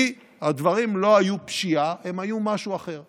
כי הדברים לא היו פשיעה, הם היו משהו אחר.